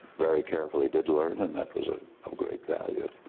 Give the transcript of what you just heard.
very carefully did learn and that was ah of great value.